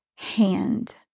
hand